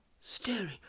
staring